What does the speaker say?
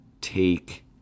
take